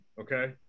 okay